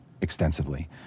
extensively